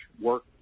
work